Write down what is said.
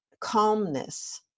calmness